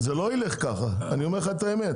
זה לא ילך ככה, אני אומר לך את האמת.